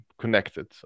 connected